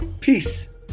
Peace